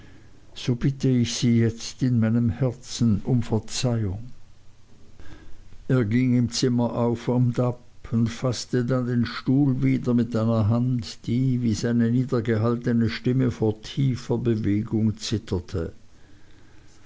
so bitte ich sie jetzt in meinem herzen um verzeihung er ging im zimmer einmal auf und nieder und faßte dann den stuhl wieder mit einer hand die wie seine niedergehaltene stimme vor tiefer bewegung zitterte